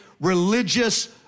religious